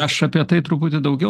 aš apie tai truputį daugiau